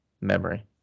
memory